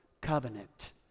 covenant